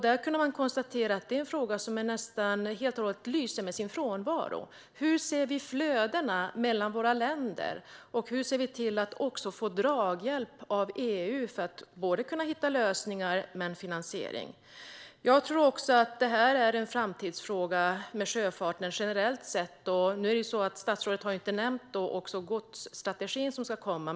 Där kunde man konstatera att det är en fråga som nästan helt och hållet lyser med sin frånvaro. Hur ser flödena ut mellan våra länder, och hur ser vi till att få draghjälp av EU för att hitta lösningar och finansiering? Jag tror att sjöfarten generellt sett är en framtidsfråga. Statsrådet har inte nämnt godsstrategin som ska komma.